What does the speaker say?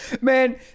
Man